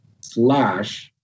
slash